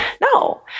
No